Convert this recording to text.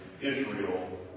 Israel